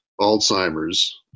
Alzheimer's